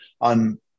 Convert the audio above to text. on